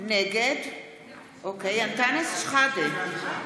נגד אנטאנס שחאדה,